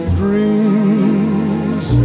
dreams